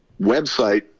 website